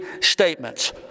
statements